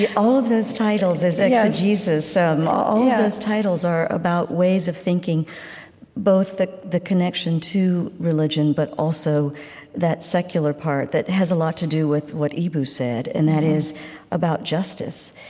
all of those titles. there's exegesis. um all of those titles are about ways of thinking both the the connection to religion, but also that secular part that has a lot to do with what eboo said, and that is about justice.